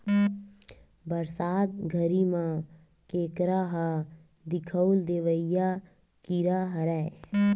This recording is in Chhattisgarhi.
बरसात घरी म केंकरा ह दिखउल देवइया कीरा हरय